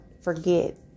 forget